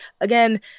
again